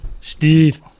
Steve